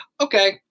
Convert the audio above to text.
okay